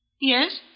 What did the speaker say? Yes